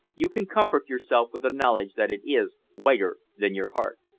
you can comfort yourself with the knowledge that it is whiter than your heart!